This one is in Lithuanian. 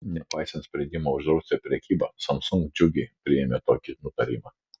nepaisant sprendimo uždrausti prekybą samsung džiugiai priėmė tokį nutarimą